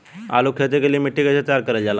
आलू की खेती के लिए मिट्टी कैसे तैयार करें जाला?